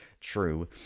true